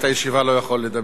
ושניים אינם נמצאים.